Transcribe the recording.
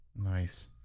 Nice